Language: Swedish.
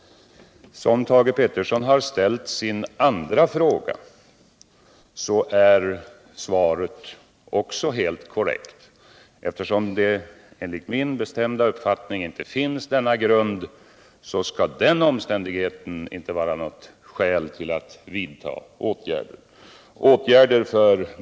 Som Thage Peterson ställt sin andra fråga är svaret också helt korrekt. Eftersom det enligt min bestämda uppfattning inte finns någon grund för påståendena, kan det inte finns något skäl att av den orsaken vidta några åtgärder.